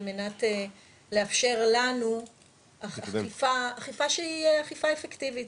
על מנת לאפשר לנו אכיפה שהיא אכיפה אפקטיבית.